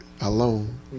alone